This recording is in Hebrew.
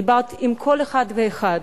דיברת עם כל אחד ואחד,